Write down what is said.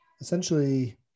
essentially